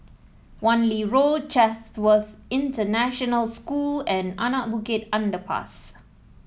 Wan Lee Road Chatsworth International School and Anak Bukit Underpass